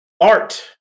art